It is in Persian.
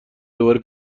دوباره